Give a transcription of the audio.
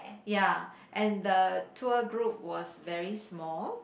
ya and the tour group was very small